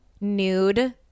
nude